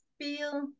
feel